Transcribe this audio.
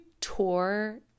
tour